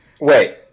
Wait